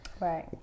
right